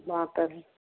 बाँतर हइ